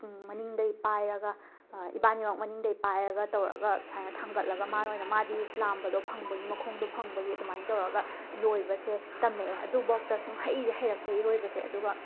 ꯃꯅꯤꯡꯗꯒꯤ ꯄꯥꯏꯔꯒ ꯏꯕꯥꯅꯤꯃꯛ ꯃꯥꯅꯤꯡꯗꯒꯤ ꯄꯥꯏꯔꯒ ꯇꯧꯔꯛꯑꯒ ꯁꯨꯃꯥꯏꯅ ꯊꯥꯡꯒꯠꯂꯒ ꯃꯥꯅ ꯑꯣꯏꯅ ꯃꯥꯗꯤ ꯂꯥꯝꯕꯗꯣ ꯐꯪꯕꯒꯤ ꯃꯈꯣꯡꯗꯣ ꯐꯪꯕꯒꯤ ꯑꯗꯨꯃꯥꯏꯅ ꯇꯧꯔꯒ ꯏꯔꯣꯏꯕꯁꯦ ꯇꯝꯃꯛꯑꯦ ꯑꯗꯨꯐꯥꯎꯗ ꯁꯨꯛꯍꯩꯁꯦ ꯍꯩꯔꯛꯇꯦ ꯏꯔꯣꯏꯕꯁꯦ ꯑꯗꯨꯒ